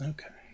Okay